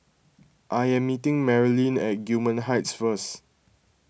I am meeting Marilyn at Gillman Heights first